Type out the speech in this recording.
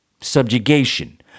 subjugation